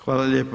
Hvala lijepo.